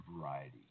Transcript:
variety